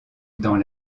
dans